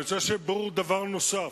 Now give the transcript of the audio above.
אני רוצה שיהיה ברור דבר נוסף: